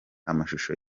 amashusho